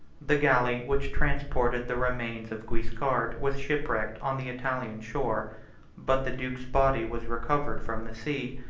the galley which transported the remains of guiscard was ship-wrecked on the italian shore but the duke's body was recovered from the sea,